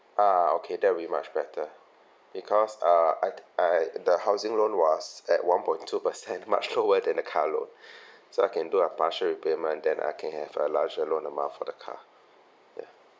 ah okay that will be much better because uh I th~ I the housing loan was at one point two per cent much lower than the car loan so I can do a partial repayment then I can have a larger loan amount for the car ya